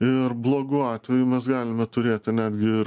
ir blogu atveju mes galime turėti netgi ir